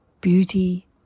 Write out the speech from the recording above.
beauty